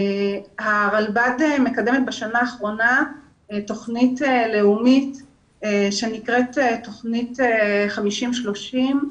הרלב"ד מקדמת בשנה האחרונה תוכנית לאומית שנקראת תוכנית "50 - 30",